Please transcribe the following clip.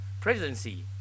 presidency